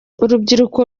urubyiruko